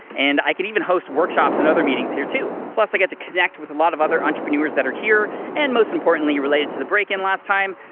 and i can even host workshops and other meetings here too. plus i get to connect with a lot of other entrepreneurs that are here and most importantly, related to the break in last time,